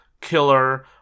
killer